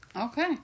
Okay